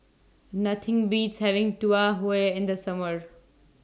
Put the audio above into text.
Nothing Beats having Tau Huay in The Summer